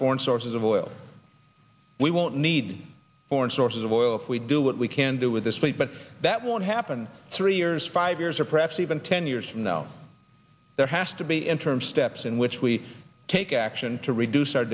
foreign sources of oil we won't need foreign sources of oil if we do what we can do with this place but that won't happen three years five years or perhaps even ten years from now there has to be in term steps in which we take action to reduce our